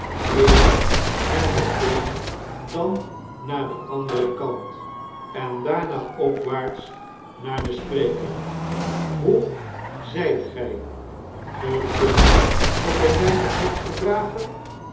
eerst naar den een dan naar den anderen kant en daarna opwaarts naar den spreker hoe zeidet gij ge kunt nog een weinig licht verdragen